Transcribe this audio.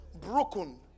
broken